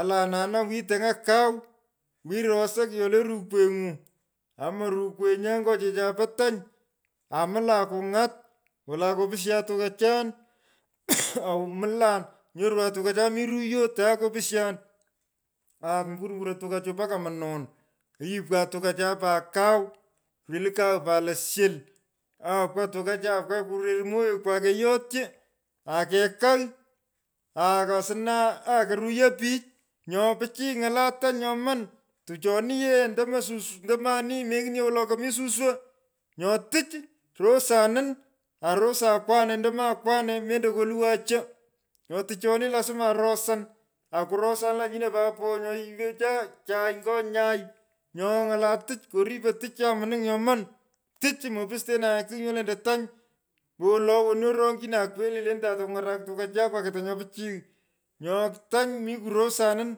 Alaa nana wii tany’a kau. wi rosa kyolee rukweng’u. Aman rukwenyan nyo chechai po tany amulan kuny’at wala kopishan tukachan. amlan anyorwan tukachan mi ruyot ataye kopushan. aa mburmburon tukachuu mbaka monon ayipwan tukachan pat kuu. kureli kau lo siet. awoo pka tokachan apka kureriy maghekwaa ake yotyi ake kagh ako asna koruyo. Nyo pichiy. ng’ala tany nyoman. tuchoni yee ndomo sus. ndomo anii. mengit nye wolo komi suswo. Nyo tich resunin aa resan akwane. ndomo akwane mendo kolowan cho. Nyoo tichoni lasma arosan akuroasni lo anyino nyo yighwecha chai nyo nyai. Nyoo ny’ala tich. kyoripon tich ochan munung nyoman woni aronychina kweli lentan takuny’arak tukachan kwaketa nyo pichiy. Nyo tany mi kurosanin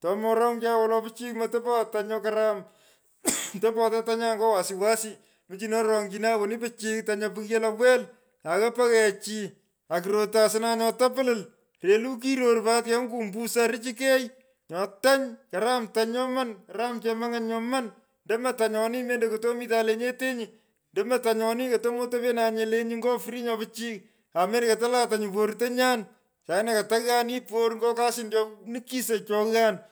tomo ronychan nye wolo pichiy. motoponye tany nyo karam. topo tetanyan ny’o wasi wasi. Muchino ronychinon woni pichiy tonyaa bighyo lowel aghaa peghechi akurotu asna nyo tapilil. relu kiror pat keny’wun kumbus aa richikei. Nyo tany. karam tany nyoman. karam chemung’any nyoman. ndomo tanyoni mendo kotomitan lenyetenyi. ndomo tanyeni koto motopenyane lenyi. ng’o free nyo pichiy aa melo ketelata nyuu portonyan. saangine koto ghaa ani porr nyo kasin cho nikisech cho yiaan.